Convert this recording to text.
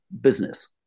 business